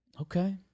Okay